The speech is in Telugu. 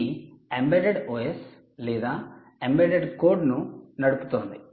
ఇది ఎంబెడెడ్ OS లేదా ఎంబెడెడ్ కోడ్ను నడుపుతోంది